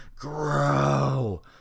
grow